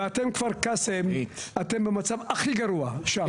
ואתם, כפר קאסם, אתם במצב הכי גרוע שם.